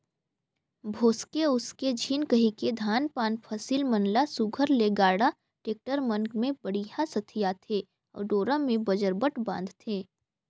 भोसके उसके झिन कहिके धान पान फसिल मन ल सुग्घर ले गाड़ा, टेक्टर मन मे बड़िहा सथियाथे अउ डोरा मे बजरबट बांधथे